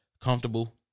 comfortable